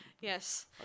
Yes